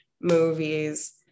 movies